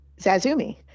Zazumi